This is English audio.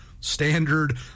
standard